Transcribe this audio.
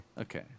Okay